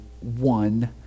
one